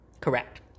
Correct